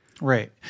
Right